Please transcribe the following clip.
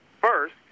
first